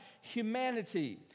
humanity